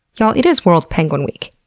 y'all, it is world penguin week.